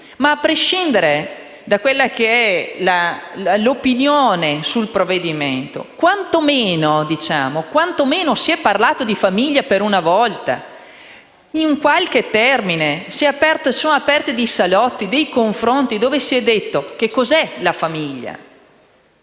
A prescindere dall'opinione su quel provvedimento, quanto meno si è parlato di famiglia, per una volta. In qualche termine, si sono aperti dei salotti e dei confronti, dove si è detto che cos'è la famiglia.